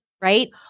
right